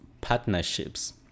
partnerships